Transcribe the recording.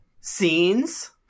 scenes